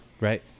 Right